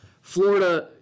Florida